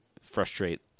frustrate